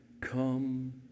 come